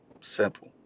Simple